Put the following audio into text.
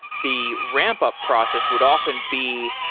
the ramp up process would often be